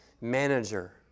manager